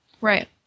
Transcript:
right